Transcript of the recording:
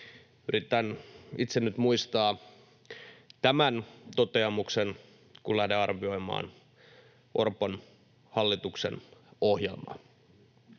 Yritän itse nyt muistaa tämän toteamuksen, kun lähden arvioimaan Orpon hallituksen ohjelmaa.